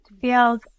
feels